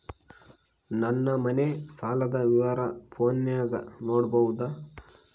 ನನ್ನ ಮನೆ ಸಾಲದ ವಿವರ ಫೋನಿನಾಗ ನೋಡಬೊದ?